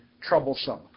troublesome